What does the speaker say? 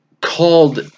called